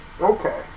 Okay